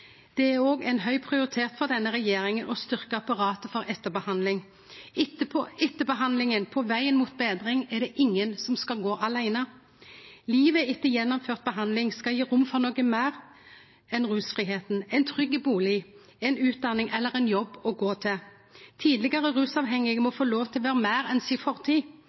Det er òg ein høg prioritet for denne regjeringa å styrkje apparatet for etterbehandling. Etter behandlinga, på veg mot betring, er det ingen som skal gå aleine. Livet etter gjennomført behandling skal gje rom for noko meir enn fridom frå rus – ein trygg bustad, ei utdanning eller ein jobb å gå til. Tidlegare rusavhengige må få lov til å vere meir enn fortida si.